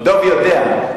דב יודע.